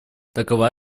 такова